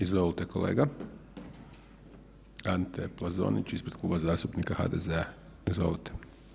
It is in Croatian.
Izvolite kolega Ante Plazonić ispred Kluba zastupnika HDZ-a, izvolite.